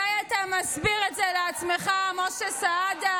אולי אתה מסביר את זה לעצמך, משה סעדה.